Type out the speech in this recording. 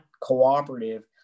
cooperative